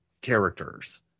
characters